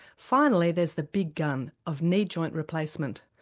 finally, there's the big gun of knee joint replacement.